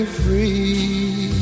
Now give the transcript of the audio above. free